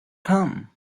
come